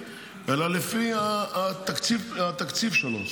אלא לפי התקציב שלו.